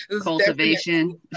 Cultivation